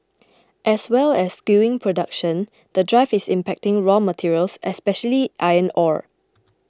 as well as skewing production the drive is impacting raw materials especially iron ore